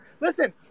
Listen